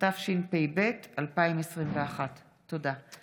התשפ"ב 2021. תודה.